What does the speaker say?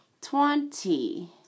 Twenty